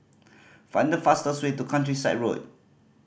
find the fastest way to Countryside Road